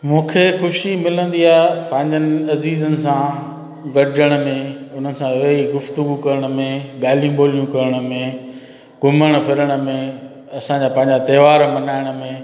मूंखे ख़ुशी मिलंदी आहे पंहिंजनि अज़ीज़नि सां गॾिजण में हुन सां वई गुफ़्तगू करण में ॻाल्हियूं ॿोलियूं करण में घुमणु फ़िरण में असांजा पंहिंजा त्योहार मल्हाइण में